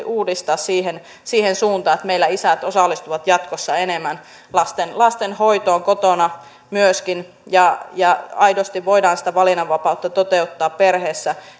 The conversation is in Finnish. uudistaa siihen siihen suuntaan että meillä isät osallistuvat jatkossa enemmän lastenhoitoon kotona myöskin ja myös siihen suuntaan että aidosti voidaan sitä valinnanvapautta toteuttaa perheessä